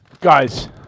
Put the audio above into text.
guys